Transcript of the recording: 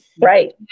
Right